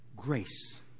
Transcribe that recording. grace